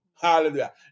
Hallelujah